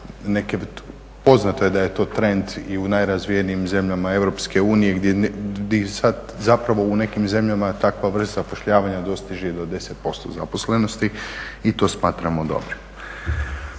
Poznato je da je to trend i u najrazvijenijim zemljama EU di sad zapravo u nekim zemljama takva vrst zapošljavanja dostiže i do 10% zaposlenosti i to smatramo dobrim.